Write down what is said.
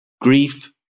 grief